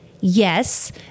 Yes